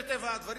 מטבע הדברים,